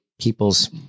people's